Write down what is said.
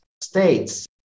States